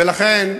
ולכן,